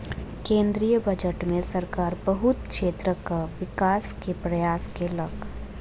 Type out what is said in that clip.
केंद्रीय बजट में सरकार बहुत क्षेत्रक विकास के प्रयास केलक